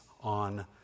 on